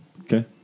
Okay